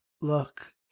Look